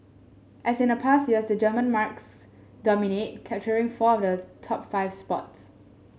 as in past years the German marques dominate capturing four the top five spots